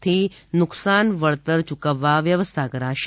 થી નુકશાન વળતર યૂકવવા વ્યવસ્થા કરશે